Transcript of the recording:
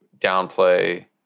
downplay